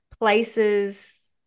places